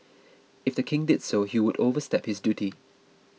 if the King did so he would overstep his duty